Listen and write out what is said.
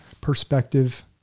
perspective